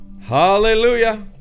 hallelujah